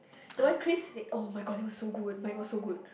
the one Chris said [oh]-my-god that was so good mine was so good